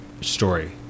story